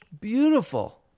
beautiful